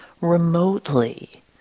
remotely